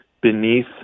beneath